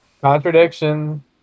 contradiction